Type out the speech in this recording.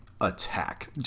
attack